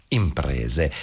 imprese